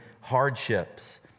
hardships